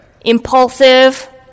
impulsive